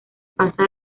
pasa